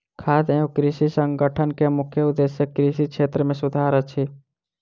खाद्य एवं कृषि संगठन के मुख्य उदेश्य कृषि क्षेत्र मे सुधार अछि